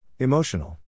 Emotional